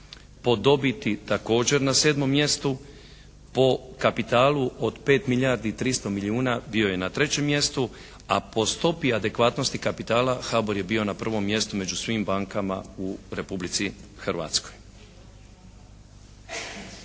Po dobiti također na 7. mjestu, po kapitalu od 5 milijardi i 300 milijuna bio je na 3. mjestu, a po stopi adekvatnosti kapitala HBOR je bio na 1. mjestu među svim bankama u Republici Hrvatskoj.